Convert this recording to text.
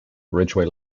ridgeway